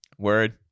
word